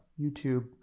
YouTube